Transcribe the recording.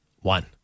One